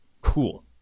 cool